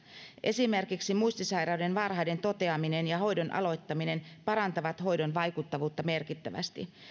esimerkiksi muistisairauden varhainen toteaminen ja hoidon aloittaminen parantavat hoidon vaikuttavuutta merkittävästi